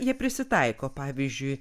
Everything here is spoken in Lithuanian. jie prisitaiko pavyzdžiui